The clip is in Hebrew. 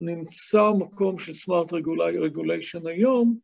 ‫נמצא מקום של Smart Regulation היום.